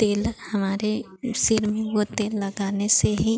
तेल हमारे सिर में वह तेल लगाने से ही